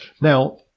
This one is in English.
Now